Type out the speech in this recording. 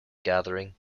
gathering